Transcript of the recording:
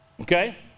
okay